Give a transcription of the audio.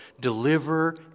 Deliver